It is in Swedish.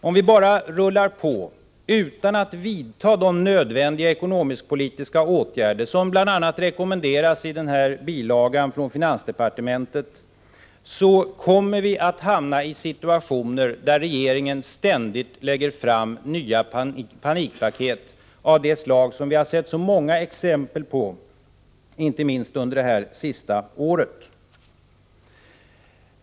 Om vi bara rullar på, utan att vidta de nödvändiga ekonomisk-politiska åtgärder som bl.a. rekommenderas i bilagan från finansdepartementet, kommer vi att hamna i situationer där regeringen ständigt lägger fram nya panikpaket av det slag som vi har sett så många exempel på, inte minst under det senaste året.